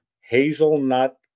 hazelnut